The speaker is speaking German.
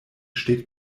steht